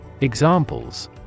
Examples